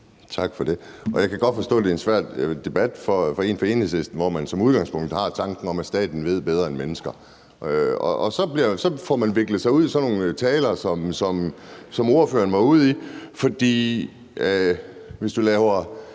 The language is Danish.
Tak for det. Jeg kan godt forstå, at det er en svær debat for Enhedslisten, hvor man som udgangspunkt har tanken om, at staten ved bedre end mennesker, og så får man viklet sig ud i sådan nogle taler, som ordføreren var ude i. Man kan lave